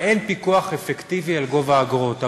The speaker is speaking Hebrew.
ואין פיקוח אפקטיבי על גובה האגרות.